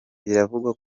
biravugwa